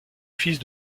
fils